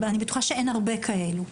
אני בטוחה שאין רבים כאלה,